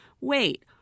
Wait